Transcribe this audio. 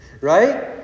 Right